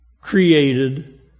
created